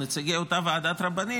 נציגי אותה ועדת רבנים,